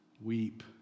weep